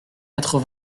quatre